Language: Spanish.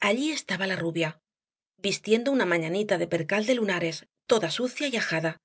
allí estaba la rubia vistiendo una mañanita de percal de lunares toda sucia y ajada